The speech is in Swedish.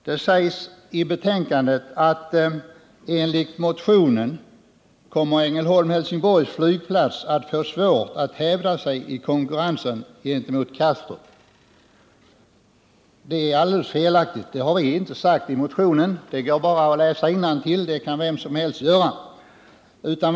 Det sägs bl.a. i betänkandet: ”-—-- kommer emellertid enligt motionen Ängelholm-Hälsingborgs flygplats att få svårt att hävda sig i konkurrensen gentemot Kastrup.” Detta har vi inte sagt i motionen, och det kan vem som helst kontrollera genom att läsa innantill i den.